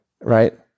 Right